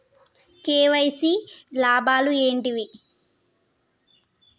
KYC వల్ల లాభాలు ఏంటివి?